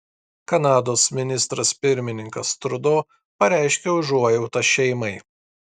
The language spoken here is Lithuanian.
kanados ministras pirmininkas trudo pareiškė užuojautą šeimai